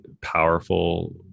powerful